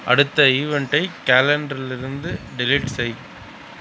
அடுத்த ஈவெண்டை கலெண்ட்ருலருந்து டெலிட் செய்